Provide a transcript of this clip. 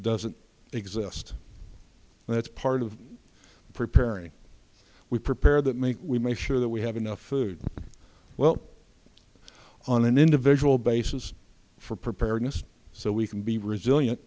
doesn't exist and that's part of preparing we prepare that make we make sure that we have enough food well on an individual basis for preparedness so we can be resilient